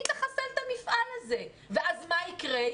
היא תחסל את המפעל הזה ואז מה יקרה?